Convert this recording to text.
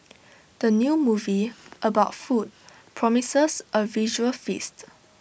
the new movie about food promises A visual feast